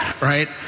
right